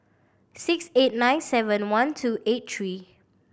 six eight nine seven one two eight three